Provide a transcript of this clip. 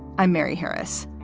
i'm mary harris.